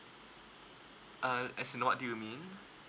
uh as you know what do you mean